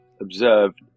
observed